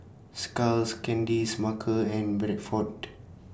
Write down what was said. Skulls Candy Smuckers and Bradford